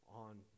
on